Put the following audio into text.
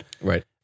Right